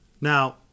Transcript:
Now